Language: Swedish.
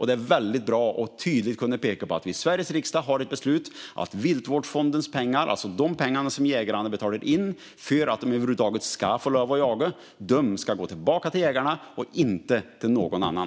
Det är väldigt bra att tydligt kunna peka på att Sveriges riksdag har fattat ett beslut om att Viltvårdsfondens pengar - de pengar som jägarna har betalat in för att de över huvud taget ska få jaga - ska gå tillbaka till jägarna och inte till någon annan.